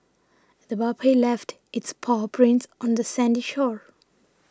the puppy left its paw prints on the sandy shore